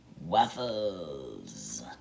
Waffles